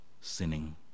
sinning